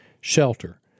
shelter